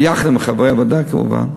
ביחד עם חברי הוועדה כמובן.